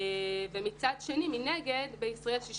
מצד שני, מנגד, בישראל 69